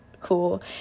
cool